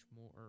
more